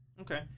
Okay